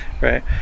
right